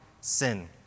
sin